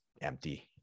empty